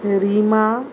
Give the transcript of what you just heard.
Rima